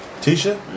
Tisha